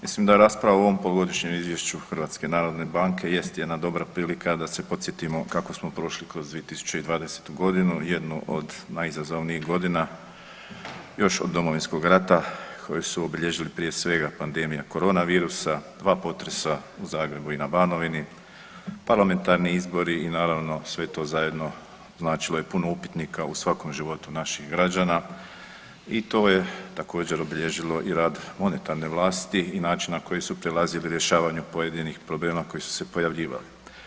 Mislim da rasprava o ovom polugodišnjem izvješću HNB-a jest jedna dobra prilika da se podsjetimo kako smo prošli kroz 2020.g., jednu od najizazovnijih godina još od Domovinskog rata koju su obilježili prije svega pandemija koronavirusa, dva potresa u Zagrebu i na Banovini, parlamentarni izbori i naravno sve to zajedno značilo je puno upitnika u svakom životu naših građana i to je također obilježilo i rad monetarne vlasti i način na koji su prelazili rješavanju pojedinih problema koji su se pojavljivali.